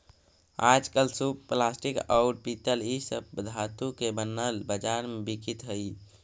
आजकल सूप प्लास्टिक, औउर पीतल इ सब धातु के भी बनल बाजार में बिकित हई